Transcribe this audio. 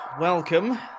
welcome